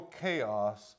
chaos